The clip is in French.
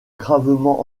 gravement